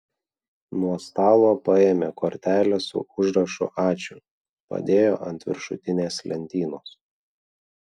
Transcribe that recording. nuo stalo paėmė kortelę su užrašu ačiū padėjo ant viršutinės lentynos